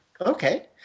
Okay